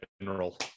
general